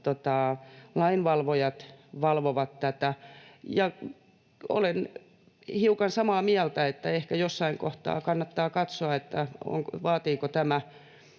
lainvalvojat valvovat tätä. Ja olen hiukan samaa mieltä, että ehkä jossain kohtaa kannattaa katsoa, vaatiiko tämä